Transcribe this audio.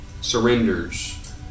surrenders